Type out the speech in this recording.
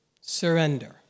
surrender